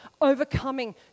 overcoming